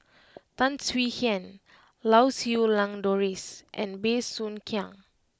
Tan Swie Hian Lau Siew Lang Doris and Bey Soo Khiang